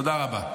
תודה רבה.